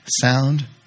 sound